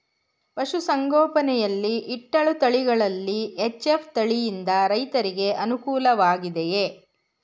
ಪಶು ಸಂಗೋಪನೆ ಯಲ್ಲಿ ಇಟ್ಟಳು ತಳಿಗಳಲ್ಲಿ ಎಚ್.ಎಫ್ ತಳಿ ಯಿಂದ ರೈತರಿಗೆ ಅನುಕೂಲ ವಾಗಿದೆಯೇ?